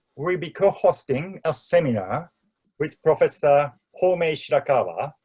will be be co-hosting a seminar with professor homei shirakawa,